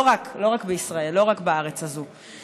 לא רק בישראל, לא רק בארץ הזאת.